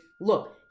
Look